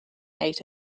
ate